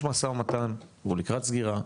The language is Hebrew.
יש משא ומתן והוא לקראת סגירה,